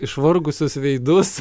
išvargusius veidus